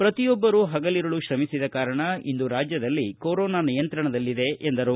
ಪ್ರತಿಯೊಬ್ಬರೂ ಪಗಲಿರುಳು ತ್ರಮಿಸಿದ ಕಾರಣ ಇಂದು ರಾಜ್ಯದಲ್ಲಿ ಕೊರೋನಾ ನಿಯಂತ್ರಣದಲ್ಲಿದೆ ಎಂದರು